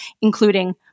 including